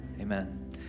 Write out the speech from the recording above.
Amen